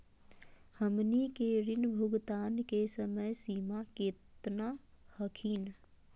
हमनी के ऋण भुगतान के समय सीमा केतना हखिन?